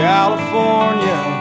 California